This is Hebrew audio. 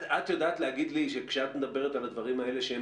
את יודעת להגיד לי שכשאת מדברת על הדברים האלה,